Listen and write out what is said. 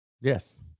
yes